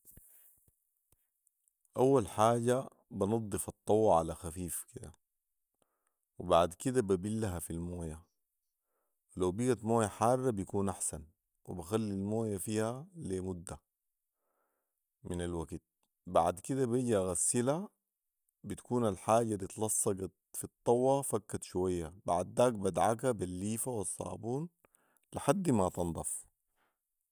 اول حاجه بنضف الطوه علي خفيف كده وبعد كده ببلها في المويه ولو بقت مويه حاره بيكون احسن وبخلي المويه فيها لي مده من الوكت ،بعد كده بجي اغسلها بتكون الحاجه الاتلصقت في الطوه فكت شويه ،بعداك بدعكها بالليفه والصابون لحدي ما تنضف